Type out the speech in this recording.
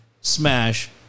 smash